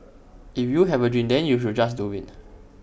if you have A dream then you should just do IT